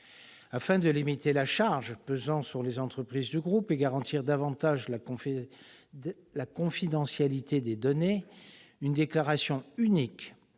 Afin de limiter la charge pesant sur les entreprises du groupe et de garantir davantage la confidentialité des données, une déclaration unique,